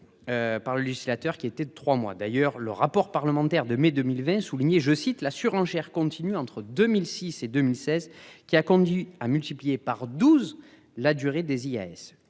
Par le législateur qui était de 3 mois d'ailleurs le rapport parlementaire de mai 2020 souligné je cite la surenchère continue entre 2006 et 2016, qui a conduit à multiplier par 12 la durée des IAS